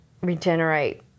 regenerate